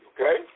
Okay